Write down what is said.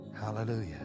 Hallelujah